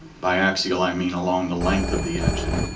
by axial i mean along the length of the engine.